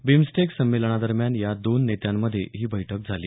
BIMSTEC संमेलनादरम्यान या दोन नेत्यांमध्ये ही बैठक झाली